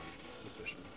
suspicion